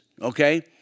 Okay